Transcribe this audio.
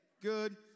Good